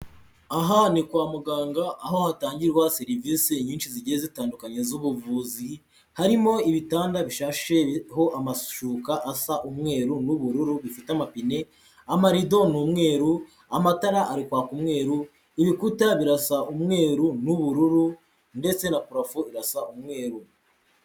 Aha ni kwa muganga aho hatangirwa serivise nyinshi zigiye zitandukanye z'ubuvuzi, harimo ibitanda bishasheho amashuka asa umweru n'ubururu, bifite amapine, amarido ni umweru amatara ari kwaka umweru, ibikuta birasa umweru n'ubururu ndetse na parafo irasa umweru.